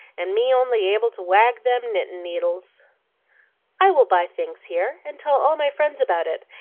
and me only able to wag them knittin'-needles i will buy things here, and tell all my friends about it,